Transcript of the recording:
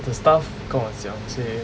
the staff 跟我讲 say